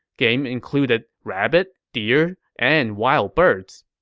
game included rabbit, deer, and wild birds